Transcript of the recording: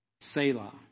Selah